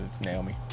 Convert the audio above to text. Naomi